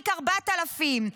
תיק 4000,